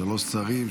שלושה שרים,